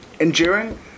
Enduring